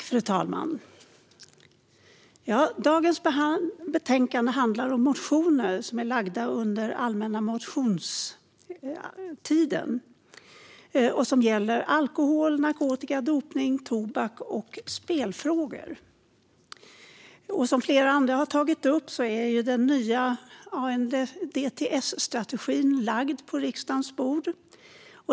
Fru talman! Dagens betänkande behandlar de motioner som inkommit under allmänna motionstiden som gäller alkohol, narkotika, dopnings, tobaks och spelfrågor. Som flera andra tagit upp är den nya ANDTS-strategin lagd på riksdagens bord.